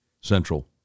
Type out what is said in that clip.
Central